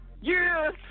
Yes